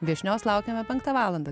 viešnios laukiame penktą valandą